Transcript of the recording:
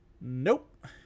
Nope